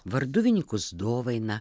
varduvininkus dovainą